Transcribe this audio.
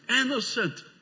Innocent